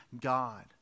God